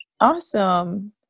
Awesome